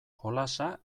jolasa